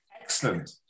Excellent